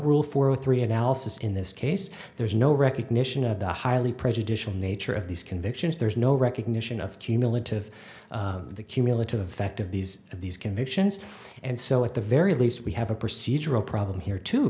rule for three analysis in this case there's no recognition of the highly prejudicial nature of these convictions there's no recognition of cumulative the cumulative effect of these of these convictions and so at the very least we have a procedural problem here too